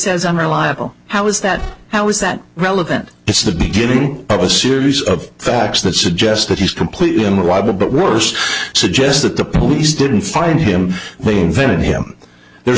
unreliable how is that how is that relevant it's the beginning of a series of facts that suggest that he's completely in wa but worse suggests that the police didn't find him they invented him there